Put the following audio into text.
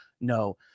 No